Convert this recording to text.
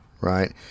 right